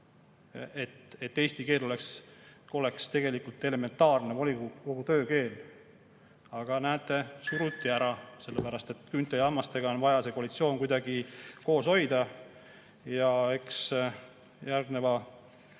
et eesti keel oleks elementaarne volikogu töökeel. Aga näete, suruti ära, sellepärast et küünte ja hammastega on vaja seda koalitsiooni kuidagi koos hoida. Eks järgneva